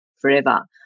forever